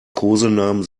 kosenamen